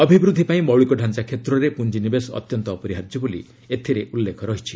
ଅଭିବୃଦ୍ଧି ପାଇଁ ମୌଳିକ ଡାଞ୍ଚା କ୍ଷେତ୍ରରେ ପୁଞ୍ଜିନିବେଶ ଅତ୍ୟନ୍ତ ଅପରିହାର୍ଯ୍ୟ ବୋଲି ଏଥିରେ ଉଲ୍ଲେଖ ରହିଛି